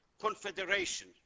confederation